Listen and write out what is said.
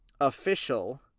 official